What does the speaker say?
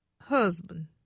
husband